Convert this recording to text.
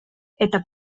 это